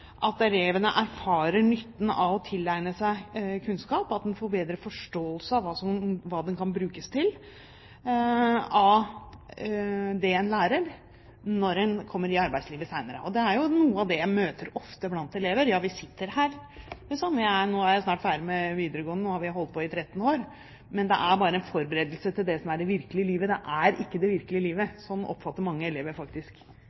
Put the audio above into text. at elevene erfarer nytten av å tilegne seg kunnskap, og at en får bedre forståelse av hva som kan brukes av det en lærer når en kommer ut i arbeidslivet senere. Og det er jo noe av det jeg møter ofte blant elever – ja, vi sitter her, nå er jeg snart ferdig med videregående, nå har vi holdt på i 13 år, men det er bare en forberedelse til det som er det virkelige livet, det er ikke det virkelige livet. Sånn oppfatter mange elever faktisk